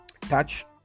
touch